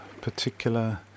particular